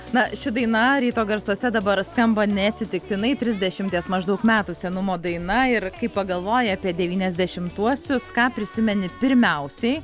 na ši daina ryto garsuose dabar skamba neatsitiktinai trisdešimties maždaug metų senumo daina ir kai pagalvoji apie devyniasdešimtuosius ką prisimeni pirmiausiai